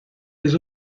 les